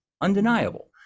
undeniable